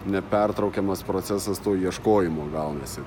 nepertraukiamas procesas to ieškojimo gaunasi